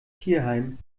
tierheim